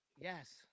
Yes